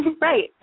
Right